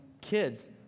kids